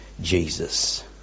Jesus